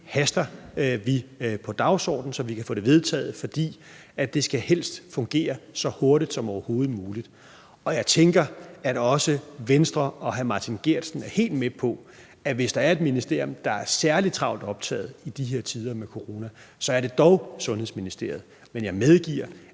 haster vi på dagsordenen, så vi kan få det vedtaget, fordi det helst skal fungere så hurtigt som overhovedet muligt. Og jeg tænker, at også Venstre og hr. Martin Geertsen er helt med på, at hvis der er et ministerium, der er særlig travlt optaget i de her tider med corona, så er det dog Sundhedsministeriet. Men jeg medgiver,